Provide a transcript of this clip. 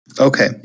Okay